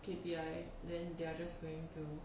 K_P_I then they are just going to